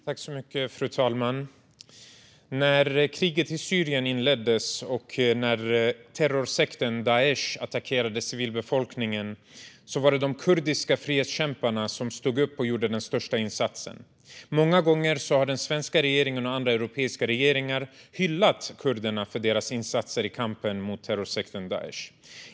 Fru talman! När kriget i Syrien inleddes och när terrorsekten Daish attackerade civilbefolkningen var det de kurdiska frihetskämparna som stod upp och gjorde den största insatsen. Många gånger har den svenska regeringen och andra europeiska regeringar hyllat kurderna för deras insatser i kampen mot terrorsekten Daish.